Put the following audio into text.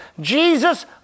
Jesus